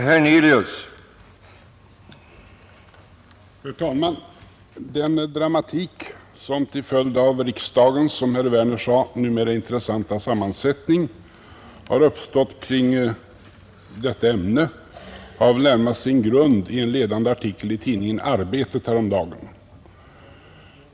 Herr talman! Den dramatik som till följd av riksdagens, som herr Werner sade, numera intressanta sammansättning har uppstått kring detta ämne har väl närmast sin grund i en ledande artikel i tidningen Arbetet häromdagen.